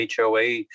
HOA